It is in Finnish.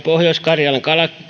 pohjois karjalan